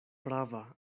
prava